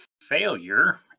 failure